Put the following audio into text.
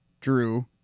Drew